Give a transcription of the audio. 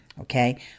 okay